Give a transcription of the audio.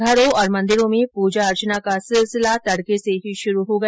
घरों और मंदिरों में पूजा अर्चना का सिलसिला तड़के से ही शुरू हो गया